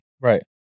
Right